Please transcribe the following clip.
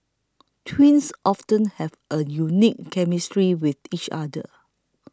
twins often have a unique chemistry with each other